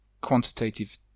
quantitative